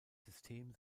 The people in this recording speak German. system